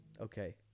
Okay